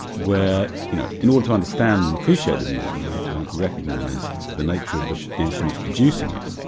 where you know in order to understand and appreciate the music, you'd have and to and recognise the nature of the the instruments producing it,